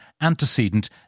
antecedent